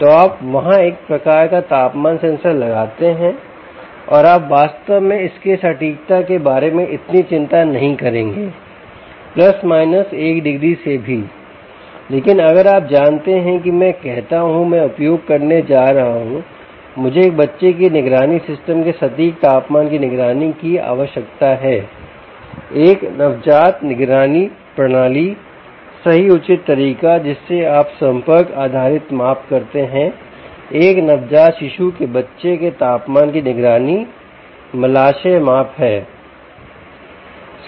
तो आप वहां एक प्रकार का तापमान सेंसर लगाते हैं और आप वास्तव में इसके सटीकता के बारे में इतनी चिंता नहीं करेंगे प्लस माइनस 1 डिग्री से भी लेकिन अगर आप जानते हैं कि मैं कहता हूं मैं उपयोग करने जा रहा हूं मुझे एक बच्चे की निगरानी सिस्टम के सटीक तापमान की निगरानी की आवश्यकता है एक नवजात निगरानी प्रणाली सही उचित तरीका जिससे आप संपर्क आधारित माप करते हैं एक नवजात शिशु की बच्चे के तापमान की निगरानी मलाशय मापहै